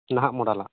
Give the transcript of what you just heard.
ᱱᱟᱦᱟᱜ ᱢᱚᱰᱮᱞᱟᱜ